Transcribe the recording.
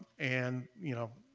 and, you know,